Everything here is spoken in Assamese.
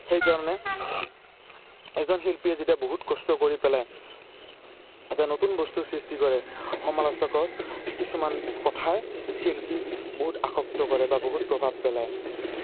সেইকাৰণে এজন শিল্পীয়ে যেতিয়া বহুত কষ্ট কৰি পেলাই এতিয়া নতুন বস্তুৰ সৃষ্টি কৰে সমালচকৰ কিছুমান কথাই শিল্পী বহুত আসক্ত কৰে বা বহুত প্ৰভাৱ পেলায়